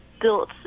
built